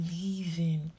leaving